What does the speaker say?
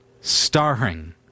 starring